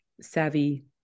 savvy